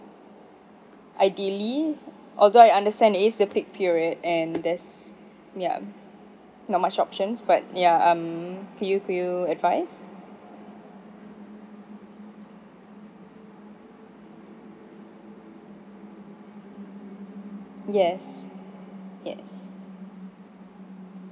ideally although I understand it's the peak period and there's yup not much options but yup um can you give your advice yes yes